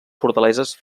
fortaleses